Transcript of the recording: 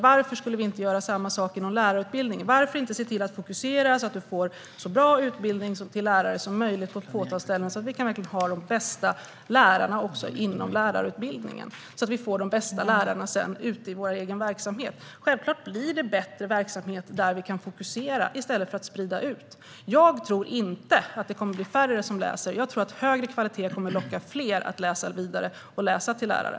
Varför skulle vi inte kunna göra samma sak inom lärarutbildningen? Varför kan vi inte fokusera för att få så bra lärarutbildningar som möjligt på ett fåtal platser så att vi får de bästa lärarna även inom lärarutbildningen? På så vis får vi de bästa lärarna ute i vår egen verksamhet. Självklart blir det en bättre verksamhet om vi kan fokusera i stället för att sprida ut. Jag tror inte att färre kommer att läsa vidare, utan högre kvalitet kommer att locka fler att läsa till lärare.